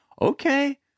okay